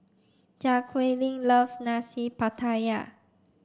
Jaquelin loves Nasi Pattaya